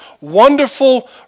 Wonderful